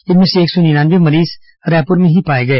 इनमें से एक सौ निन्यानवे मरीज अकेले रायपुर में ही पाए गए